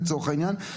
לצורך העניין,